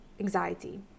anxiety